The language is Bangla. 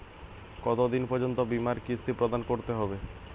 কতো দিন পর্যন্ত বিমার কিস্তি প্রদান করতে হবে?